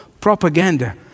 propaganda